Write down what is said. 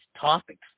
topics